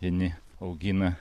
vieni augina